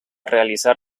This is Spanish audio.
realizar